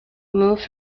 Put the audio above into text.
moved